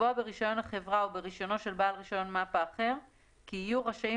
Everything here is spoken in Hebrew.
לקבוע ברישיון החברה או ברישיונו של בעל רישיון מפ"א אחר כי יהיו רשאים